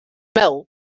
smell